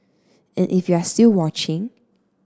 and if you're still watching